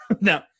No